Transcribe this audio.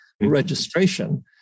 registration